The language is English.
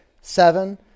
seven